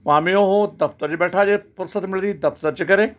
ਭਾਵੇਂ ਉਹ ਦਫ਼ਤਰ 'ਚ ਬੈਠਾ ਜੇ ਫੁਰਸਤ ਮਿਲਦੀ ਦਫ਼ਤਰ 'ਚ ਕਰੇ